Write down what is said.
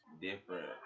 different